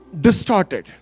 distorted